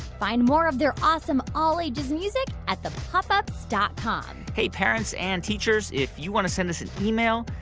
find more of their awesome all-ages music at thepopups dot com hey, parents and teachers, if you want to send us email,